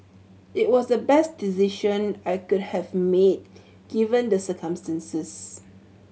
it was the best decision I could have made given the circumstances